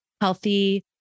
healthy